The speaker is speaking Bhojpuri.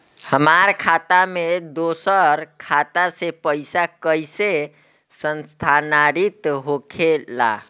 हमार खाता में दूसर खाता से पइसा कइसे स्थानांतरित होखे ला?